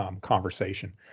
conversation